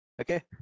okay